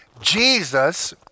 Jesus